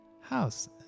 house